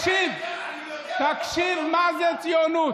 אני יודע לא פחות טוב ממך, תקשיב מהי ציונות.